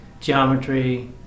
Geometry